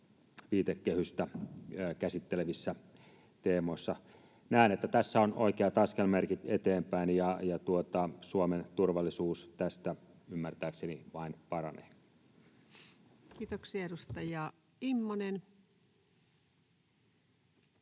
viitekehystä käsittelevissä teemoissa. Näen, että tässä on oikeat askelmerkit eteenpäin, ja Suomen turvallisuus tästä ymmärtääkseni vain paranee. Kiitoksia. — Edustaja Immonen.